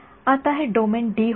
आता हे domain D होते